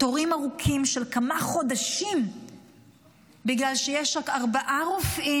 תורים ארוכים של כמה חודשים בגלל שיש רק ארבעה רופאים